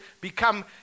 become